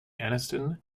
anniston